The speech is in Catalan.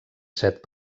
set